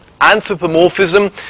Anthropomorphism